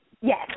Yes